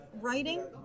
writing